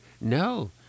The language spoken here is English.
No